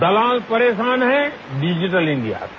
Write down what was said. दलाल परेशान है digital India से